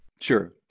Sure